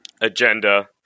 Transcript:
agenda